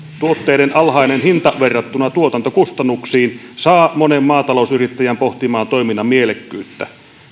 tuotteiden alhainen hinta verrattuna tuotantokustannuksiin saa monen maata lousyrittäjän pohtimaan toiminnan mielekkyyttä